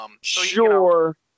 Sure